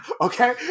Okay